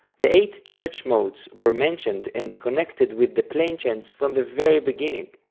the eight church modes were mentioned and connected with the plainchants from the very beginning.